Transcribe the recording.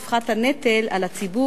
ובכך יפחת הנטל על הציבור